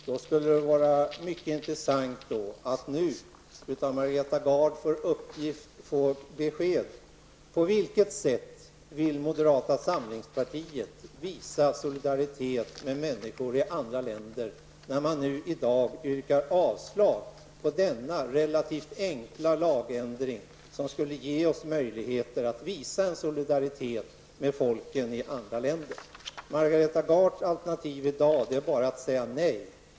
Då skulle det vara mycket intressant att nu av Margareta Gard få besked: På vilket sätt vill moderata samlingspartiet visa solidaritet med människor i andra länder, när man i dag yrkar avslag på denna relativt enkla lagändring, som skulle ge oss möjligheter att visa solidaritet med folken i andra länder? Margareta Gards alternativ i dag är bara att säga nej.